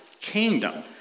kingdom